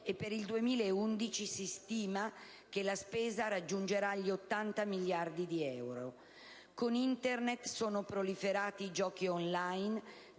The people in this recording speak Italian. e per il 2011 si stima che la spesa raggiungerà gli 80 miliardi di euro. Con Internet sono proliferati i giochi *on line*,